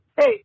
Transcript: Hey